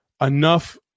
enough